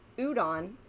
Udon